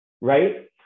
right